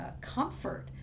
comfort